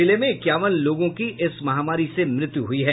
जिले में इक्यावन लोगों की इस महामारी से मृत्यु हो चुकी है